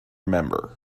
member